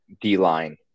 D-line